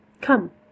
come